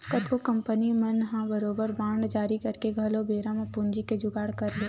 कतको कंपनी मन ह बरोबर बांड जारी करके घलो बेरा म पूंजी के जुगाड़ कर लेथे